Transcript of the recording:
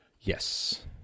Yes